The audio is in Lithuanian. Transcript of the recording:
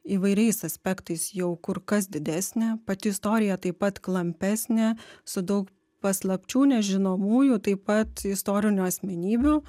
įvairiais aspektais jau kur kas didesnė pati istorija taip pat klampesnė su daug paslapčių nežinomųjų taip pat istorinių asmenybių